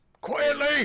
Quietly